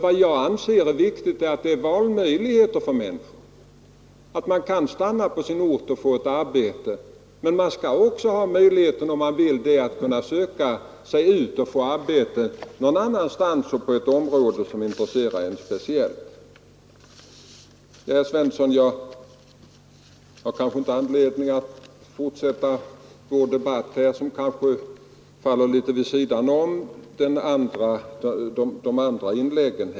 Vad jag anser är viktigt är att människor har valmöjligheter, att de kan stanna på sin ort och få ett arbete men också att de har möjlighet att, om de vill det, söka sig ut och få arbete någon annanstans och på ett område som intresserar dem. Jag har inte anledning att fortsätta min debatt med herr Svensson i Malmö; den faller litet vid sidan av de andra inläggen.